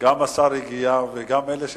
גם השר הגיע, וגם אלה שצריכים,